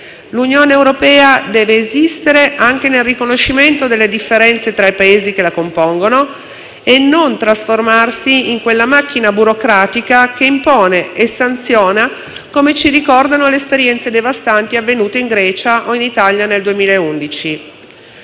L'Unione europea deve esistere anche nel riconoscimento delle differenze tra i Paesi che la compongono e non trasformarsi in quella macchina burocratica che impone e sanziona, come ci ricordano le esperienze devastanti avvenute in Grecia o in Italia nel 2011.